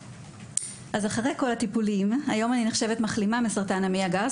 היום אני נחשבת מחלימה מסרטן המעי הגס,